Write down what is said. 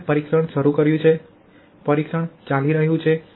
હવે અમે પરીક્ષણ શરૂ કર્યું છે પરીક્ષણ ચાલી રહી છે